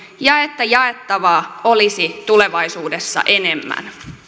ja että jaettavaa olisi tulevaisuudessa enemmän